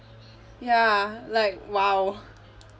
ya like !wow!